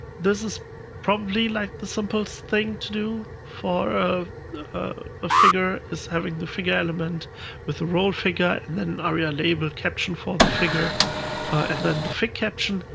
this is probably like the simplest thing to do for a a ah figure is having the figure element with the roll figure and then aria label caption for the figure and then the figcaption.